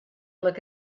look